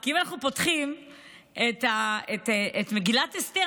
כי אם אנחנו פותחים את מגילת אסתר,